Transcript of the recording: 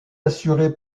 assurée